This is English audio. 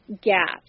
gaps